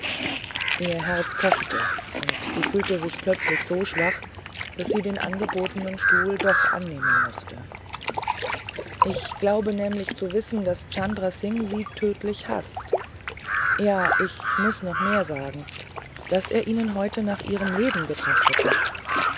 ihr herz pochte und sie fühlte sich plötzlich so schwach daß sie den angebotenen stuhl doch annehmen mußte ich glaube nämlich zu wissen daß chandra singh sie tödlich haßt ja ich muß noch mehr sagen daß er heute nach ihrem leben getrachtet hat